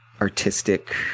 artistic